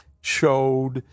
showed